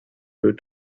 her